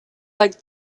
like